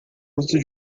uso